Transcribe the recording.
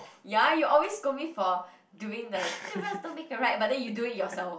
ya you always scold me for doing the two wrongs don't make a right but then you do it yourself